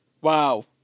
Wow